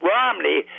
Romney